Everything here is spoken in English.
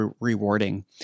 rewarding